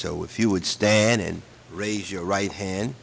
so if you would stand in raise your right hand